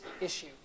issue